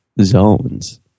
Zones